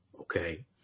Okay